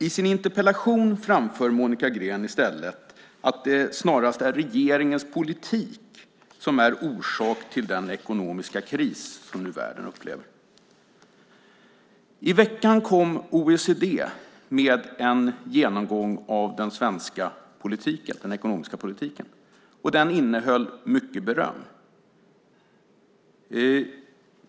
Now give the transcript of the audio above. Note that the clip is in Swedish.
I sin interpellation framför Monica Green i stället att det snarast är regeringens politik som är orsak till den ekonomiska kris som världen nu upplever. I veckan kom OECD med en genomgång av den svenska ekonomiska politiken. Den innehöll mycket beröm.